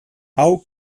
hau